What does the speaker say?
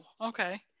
okay